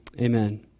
Amen